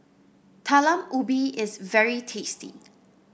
Talam Ubi is very tasty